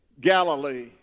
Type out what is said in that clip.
Galilee